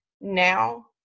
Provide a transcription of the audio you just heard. now